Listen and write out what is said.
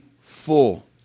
full